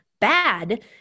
bad